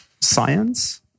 science